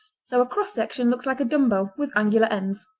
so a cross-section looks like a dumbbell with angular ends.